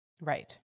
right